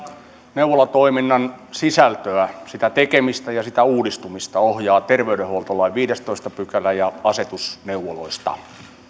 neuvolatoiminnan sisältöä sitä tekemistä ja sitä uudistumista ohjaa terveydenhuoltolain viidestoista pykälä ja asetus neuvoloista se